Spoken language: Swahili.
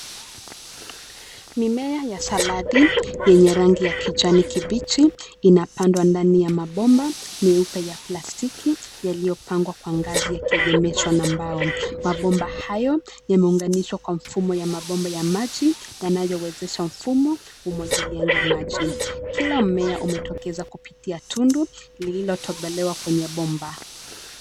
Mimea ya saladi, yenye rangi ya kijani kibichi, inapandwa ndani ya mabomba, nyeupe ya plastiki, yaliyopangwa kwa ngazi yakiegemeshwa na mbao, mabomba hayo, yameunganishwa kwa mfumo ya mabomba ya maji, yanayowezesha mfumo, umwagiliange maji, kila mmea umetokeza kupitia tundu, lililotobolewa kwenye bomba.